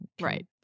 right